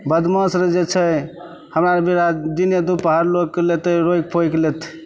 बदमाश लोग जे छै हमरा भिड़ा दिने दुपहर लोककेँ लेतै रोकि पोकि लेतै